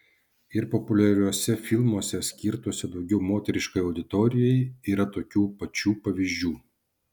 ir populiariuose filmuose skirtuose daugiau moteriškai auditorijai yra tokių pačių pavyzdžių